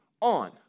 on